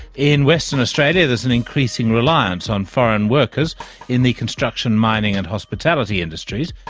in western australia there's an increasing reliance on foreign workers in the construction, mining and hospitality industries.